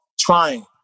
trying